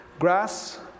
Grass